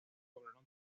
lograron